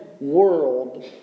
world